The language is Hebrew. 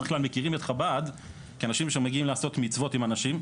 בדרך כלל מכירים את חב"ד כאנשים שמגיעים לעשות מצוות עם אנשים,